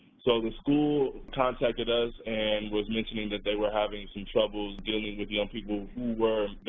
so the school contacted us and was mentioning that they were having some troubles dealing with young people who were